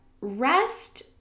rest